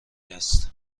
است